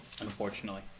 unfortunately